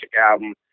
album